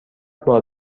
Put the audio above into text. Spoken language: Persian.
بار